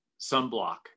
sunblock